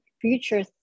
future